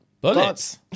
Bullets